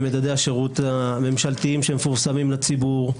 במדדי השירות הממשלתיים שמפורסמים לציבור,